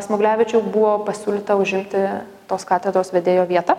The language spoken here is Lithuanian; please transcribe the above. smuglevičiui buvo pasiūlyta užimti tos katedros vedėjo vietą